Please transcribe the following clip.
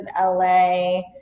LA